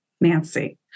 Nancy